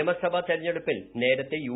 നിയമസഭാ തെരഞ്ഞെടുപ്പിൽ നേരത്തെ യു